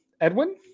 Edwin